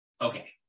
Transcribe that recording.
Okay